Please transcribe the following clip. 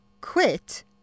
quit